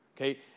okay